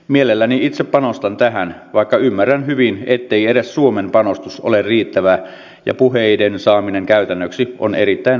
mielelläni itse panostan tähän vaikka ymmärrän hyvin ettei edes suomen panostus ole riittävää ja että puheiden saaminen käytännöksi on erittäin vaikeaa